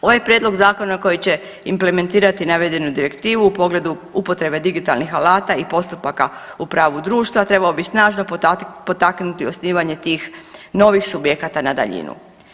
Ovaj prijedlog zakona koji će implementirati navedenu direktivu u pogledu upotrebe digitalnih alata i postupaka u pravu društva trebao bi snažno potaknuti osnivanje tih novih subjekata na daljinu.